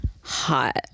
Hot